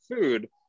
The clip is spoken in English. food